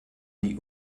die